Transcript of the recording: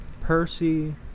Percy